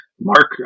Mark